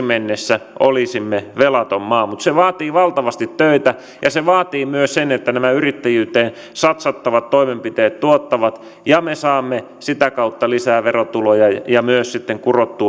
mennessä olisimme velaton maa mutta se vaatii valtavasti töitä ja se vaatii myös sen että nämä yrittäjyyteen satsattavat toimenpiteet tuottavat ja me saamme sitä kautta lisää verotuloja ja myös sitten kurottua